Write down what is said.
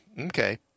okay